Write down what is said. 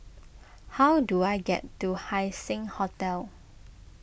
how do I get to Haising Hotel